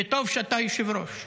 וטוב שאתה היושב-ראש.